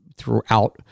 throughout